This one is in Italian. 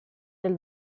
del